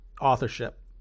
authorship